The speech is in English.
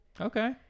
Okay